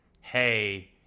hey